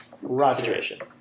situation